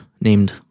named